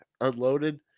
unloaded